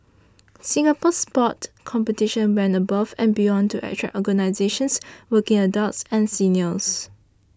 Singapore Sport Competitions went above and beyond to attract organisations working adults and seniors